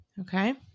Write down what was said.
Okay